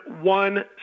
one